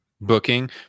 booking